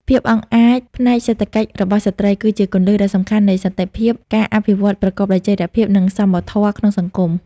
ភាពអង់អាចផ្នែកសេដ្ឋកិច្ចរបស់ស្ត្រីគឺជាគន្លឹះដ៏សំខាន់នៃសន្តិភាព ការអភិវឌ្ឍប្រកបដោយចីរភាព និងសមធម៌ក្នុងសង្គម។